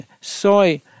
soy